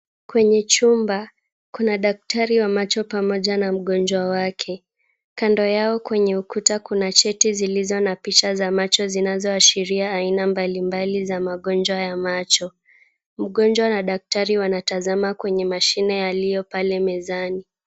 Kwenye chumba, kuna daktari wa macho pamoja na mgonjwa wake. Kando yao kwenye ukuta kuna cheti zilizo na picha cha macho zinazo ashiria aina mbalimbali za magonjwa ya macho. Mgonjwa na daktari wanatazama kwenye mashine yaliyo pale mezani.